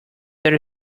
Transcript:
that